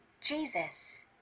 Jesus